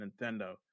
Nintendo